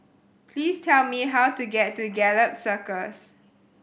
please tell me how to get to Gallop Circus